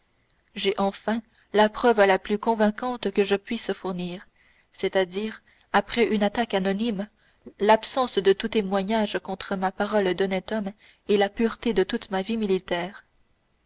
j'ai enfin la preuve la plus convaincante que je puisse fournir c'est-à-dire après une attaque anonyme l'absence de tout témoignage contre ma parole d'honnête homme et la pureté de toute ma vie militaire